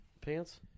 pants